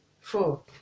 Four